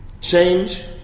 change